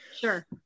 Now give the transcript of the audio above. Sure